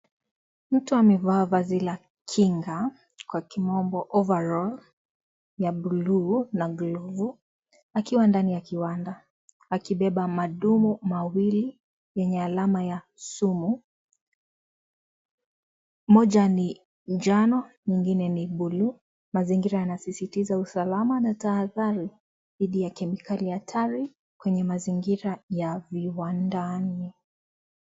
Mtu amevaa vazi la kinga kwa kimbombo overall na glafu akiwa ndani ya kiwanda akibeba madumu mawili yenye alama ya sumu ,moja ni njano nyingine ni buluu ,mazingira yanasisitiza usalama na tahadhari dhidhi ya kemikali hatari kwenye mazingira ya viwandani.